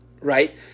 right